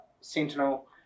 Sentinel